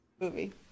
Movie